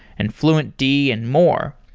and fluentd and more.